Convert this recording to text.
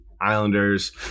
islanders